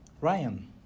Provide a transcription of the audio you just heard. ryan